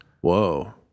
Whoa